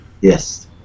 yes